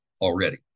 already